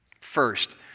first